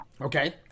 Okay